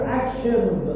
actions